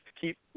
keep